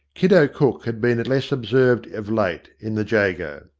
kiddo cook had been less observed of late in the j ago.